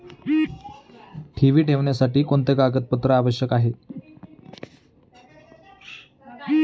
ठेवी ठेवण्यासाठी कोणते कागदपत्रे आवश्यक आहे?